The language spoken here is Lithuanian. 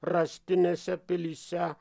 rąstinėse pilyse